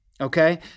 okay